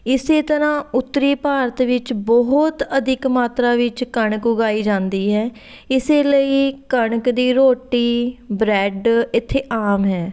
ਇਸ ਤਰ੍ਹਾਂ ਉੱਤਰੀ ਭਾਰਤ ਵਿੱਚ ਬਹੁਤ ਅਧਿਕ ਮਾਤਰਾ ਵਿੱਚ ਕਣਕ ਉਗਾਈ ਜਾਂਦੀ ਹੈ ਇਸ ਲਈ ਕਣਕ ਦੀ ਰੋਟੀ ਬਰੈਡ ਇੱਥੇ ਆਮ ਹੈ